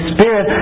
Spirit